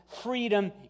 freedom